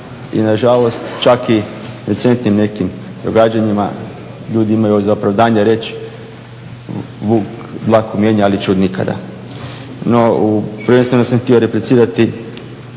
I na žalost čak i recentnim nekim događanjima ljudi imaju ovdje zapravo dalje reći vuk dlaku mijenja, ali ćud nikada. No, prvenstveno sam htio replicirati